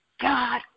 God